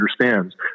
understands